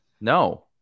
No